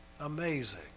amazing